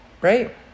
right